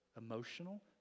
Emotional